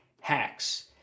Hacks